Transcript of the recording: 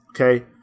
okay